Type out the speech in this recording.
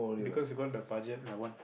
because you got the budget I want